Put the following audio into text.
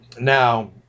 Now